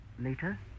Later